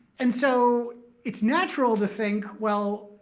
and so it's natural to think, well,